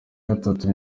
gatatu